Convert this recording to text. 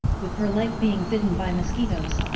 with her leg being bitten by mosquitoes,